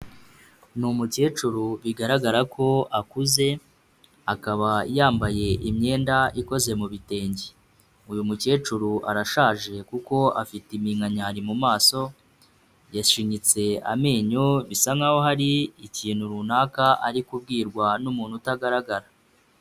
Ni umukecuru bigaragara ko akuze akaba yambaye imyenda ikoze mu bitenge, uyu mukecuru arashaje kuko afite iminkanyari mu maso, yashinyitse amenyo bisa nkaho hari ikintu runaka ari kubwirwa n'umuntu utagaragara.